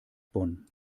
bonn